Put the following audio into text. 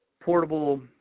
portable